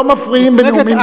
לא מפריעים בנאומים בני דקה.